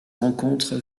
rencontre